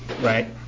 Right